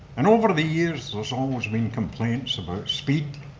and over the years there's almost been complaints about speed,